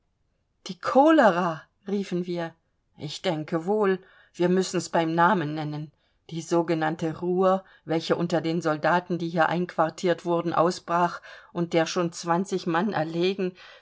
die cholera riefen wir ich denke wohl wir müssen's beim namen nennen die sogenannte ruhr welche unter den soldaten die hier einquartiert wurden ausbrach und der schon zwanzig mann erlegen